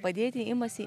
padėti imasi